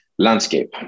Landscape